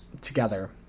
together